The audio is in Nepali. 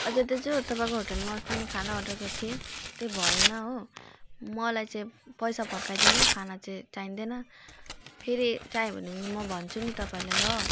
अजय दाजु तपाईँको होटलमा अस्ति मैले खाना अर्डर गरेको थिएँ त्यही भएन हो मलाई चाहिँ पैसा फर्काइदिनु खाना चाहिँ चाहिँदैन फेरि चाहियो भनो भने म भन्छु नि तपाईँलाई ल